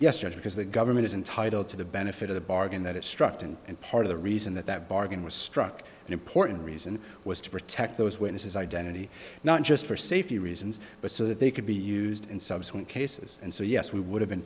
yesterday because the government is entitle to the benefit of the bargain that it struck down and part of the reason that that bargain was struck an important reason was to protect those witnesses identity not just for safety reasons but so that they could be used in subsequent cases and so yes we would have been